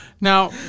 Now